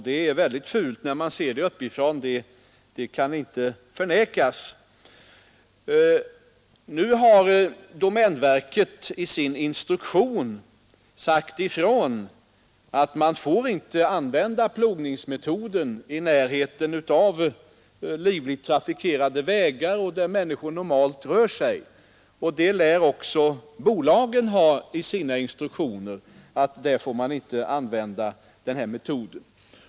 Det är väldigt fult när man ser det uppifrån, det kan inte förnekas. Domänverket har emellertid i sina instruktioner sagt ifrån att plogningsmetoden inte får användas i närheten av livligt trafikerade vägar, och det lär också bolagen ha sagt ifrån i sina instruktioner.